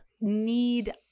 need